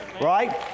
Right